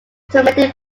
tormented